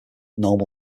normal